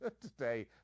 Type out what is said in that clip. today